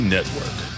Network